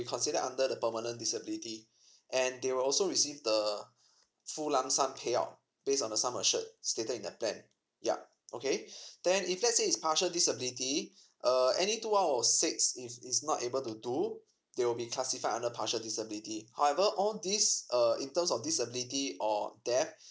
considered under the permanent disability and they will also receive the full lump sum payout based on the sum assured stated in the plan yup okay then if let's say is partial disability uh any two out of six if it's not able to do they'll be classified under partial disability however all these uh in terms of disability or death